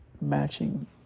matching